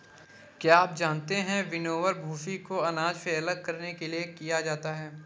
क्या आप जानते है विनोवर, भूंसी को अनाज से अलग करने के लिए किया जाता है?